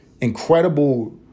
incredible